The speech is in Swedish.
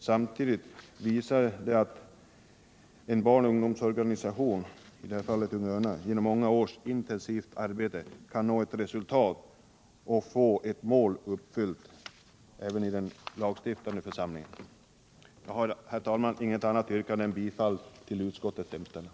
Samtidigt visar det att en barnoch ungdomsorganisation, idetta fall Unga Örnar, genom många års intensivt arbete kan nå resultat även i den lagstiftande församlingen och därmed uppnå sitt mål. Herr talman! Jag har inget annat yrkande än bifall till utskottets hemställan.